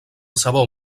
sabor